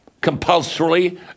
compulsorily